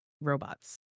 robots